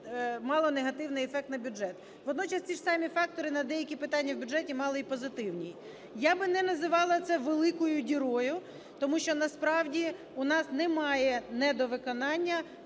мало негативний ефект на бюджет. Водночас ці ж самі фактори на деякі питання в бюджеті мали і позитивні. Я б не називала це великою дірою, тому що насправді у нас немає недовиконання